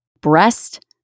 breast